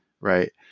Right